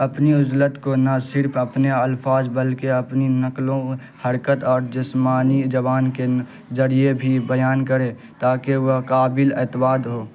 اپنی عجلت کو نہ صرف اپنے الفاظ بلکہ اپنی نقل و حرکت اور جسمانی زبان کے ذریعے بھی بیان کرے تاکہ وہ قابل اعتماد ہو